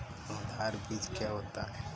आधार बीज क्या होता है?